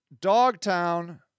Dogtown